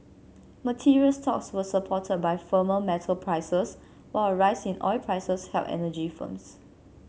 materials stocks were supported by firmer metal prices while a rise in oil prices helped energy firms